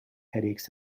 headaches